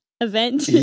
Event